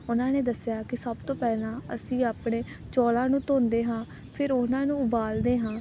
ਉਹਨਾਂ ਨੇ ਦੱਸਿਆ ਕਿ ਸਭ ਤੋਂ ਪਹਿਲਾਂ ਅਸੀਂ ਆਪਣੇ ਚੌਲਾਂ ਨੂੰ ਧੋਂਦੇ ਹਾਂ ਫਿਰ ਉਹਨਾਂ ਨੂੰ ਉਬਾਲਦੇ ਹਾਂ